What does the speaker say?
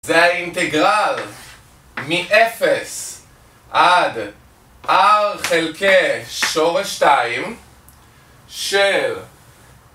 זה האינטגרל מ-0 עד r חלקי שורש 2 של...